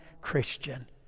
Christian